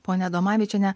ponia adomavičiene